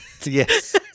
Yes